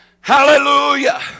Hallelujah